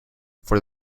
for